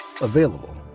Available